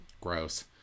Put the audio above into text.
gross